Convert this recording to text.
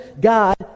God